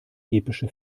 epische